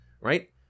Right